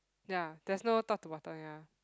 ya there is no top to bottom ya